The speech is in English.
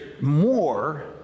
more